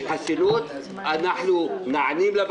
תודה, גברתי היושבת-ראש.